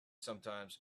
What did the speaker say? sometimes